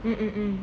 mm mm